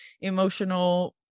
emotional